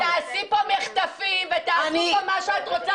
שתעשי כאן מחטפים ותעשי כאן מה שאת רוצה.